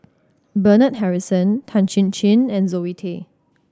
Bernard Harrison Tan Chin Chin and Zoe Tay